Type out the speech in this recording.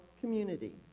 community